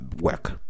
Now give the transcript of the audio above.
work